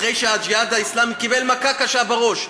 אחרי שהג'יהאד האסלאמי קיבל מכה קשה בראש,